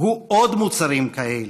הוא עוד מוצרים כאלה,